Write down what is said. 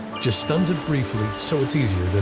just stuns it briefly so it's easier to and